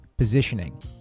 Positioning